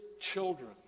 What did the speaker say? children